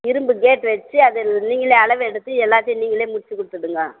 இரும்பு கேட்டு வச்சி அதில் நீங்களே அளவு எடுத்து எல்லாத்தையும் நீங்களே முடிச்சி கொடுத்துடுங்க